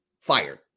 fired